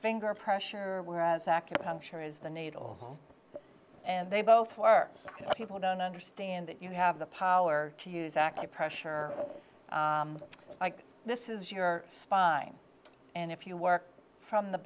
finger pressure whereas acupuncture is the needle and they both people don't understand that you have the power to use active pressure like this is your spine and if you work from the